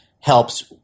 Helps